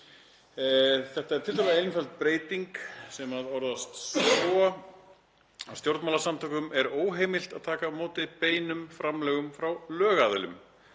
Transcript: Þetta er tiltölulega einföld breyting sem orðast svo: „Stjórnmálasamtökum er óheimilt að taka á móti beinum framlögum frá lögaðilum.